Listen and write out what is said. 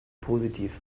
positiv